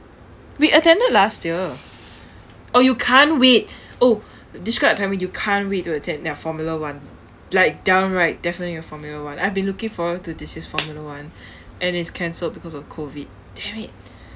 we attended last year oh you can't wait oh describe a time when you can't wait to attend ya formula one like downright definitely formula one I've been looking forward to this year's formula one and it's cancelled because of COVID dammit